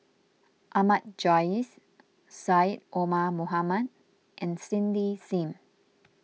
Ahmad Jais Syed Omar Mohamed and Cindy Sim